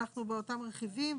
אנחנו באותם רכיבים,